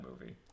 movie